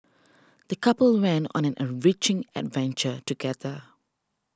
the couple went on an enriching adventure together